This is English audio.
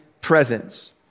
presence